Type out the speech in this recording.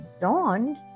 dawned